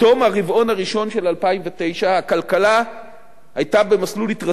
בתום הרבעון הראשון של 2009 הכלכלה היתה במסלול התרסקות,